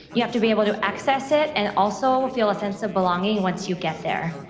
you have to be able to access it, and also feel a sense of belonging once you get there.